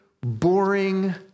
boring